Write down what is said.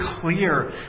clear